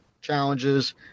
challenges